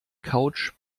couch